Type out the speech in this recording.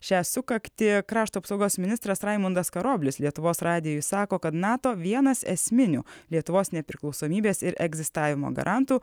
šią sukaktį krašto apsaugos ministras raimundas karoblis lietuvos radijui sako kad nato vienas esminių lietuvos nepriklausomybės ir egzistavimo garantų